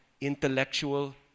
intellectual